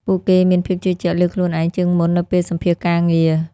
ពួកគេមានភាពជឿជាក់លើខ្លួនឯងជាងមុននៅពេលសម្ភាសន៍ការងារ។